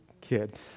kid